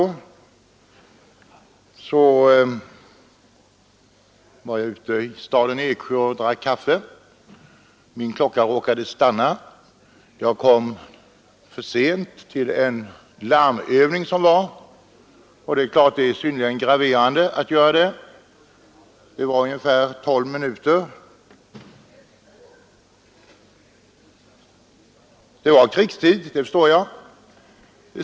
En gång var jag då ute i staden Eksjö och drack kaffe, och min klocka råkade stanna. Jag kom därför ungefär tolv minuter för sent till en larmövning, och det var givetvis mycket allvarligt, eftersom det var krigstid.